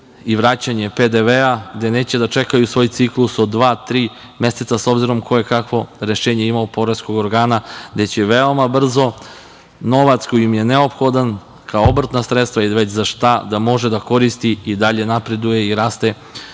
i vraćanje PDV-a, gde neće da čekaju svoj ciklus od dva, tri meseca, s obzirom ko je kakvo rešenje imao od poreskog organa, gde će veoma brzo novac koji im je neophodan, kao obrtna sredstva ili već za šta, da može da koristi i dalje napreduje i raste